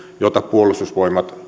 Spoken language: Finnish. jota puolustusvoimat